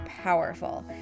powerful